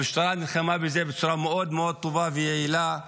המשטרה נלחמה בזה בצורה מאוד מאוד טובה ויעילה.